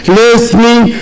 listening